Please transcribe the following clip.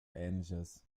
ähnliches